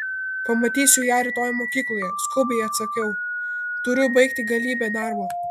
pamatysiu ją rytoj mokykloje skubiai atsakiau turiu baigti galybę darbo